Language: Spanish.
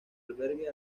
albergue